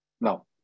No